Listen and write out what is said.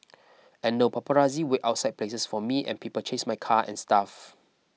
and now paparazzi wait outside places for me and people chase my car and stuff